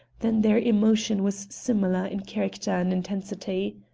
then their emotion was similar in character and intensity.